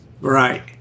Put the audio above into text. Right